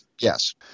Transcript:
yes